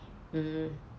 mm